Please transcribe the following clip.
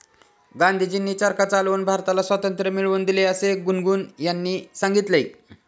गांधीजींनी चरखा चालवून भारताला स्वातंत्र्य मिळवून दिले असे गुनगुन यांनी सांगितले